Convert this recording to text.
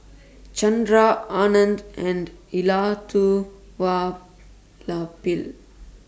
Chandra Anand and Elattuvalapil